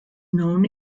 known